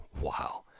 Wow